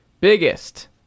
biggest